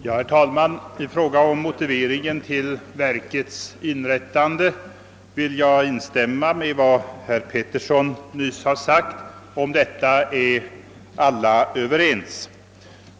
Herr talman! Beträffande motiveringen för värnpliktsverkets inrättande kan jag helt instämma i vad herr Petersson nyss anfört. Där är vi också alla ense.